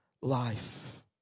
life